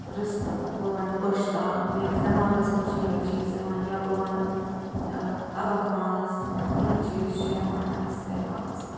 رِستہٕ بہٕ وَنہٕ گۄشتاب میٛانِس دٮ۪ماغس منٛز چھِ یِمَے چیٖز یِوان یا بہٕ وَنہٕ تبکھ ماز یِم چیٖز چھِ یِوان اَسہِ دٮ۪ماغس منٛز